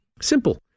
Simple